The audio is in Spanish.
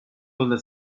donde